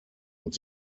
und